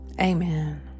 Amen